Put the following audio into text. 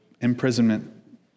imprisonment